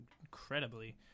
incredibly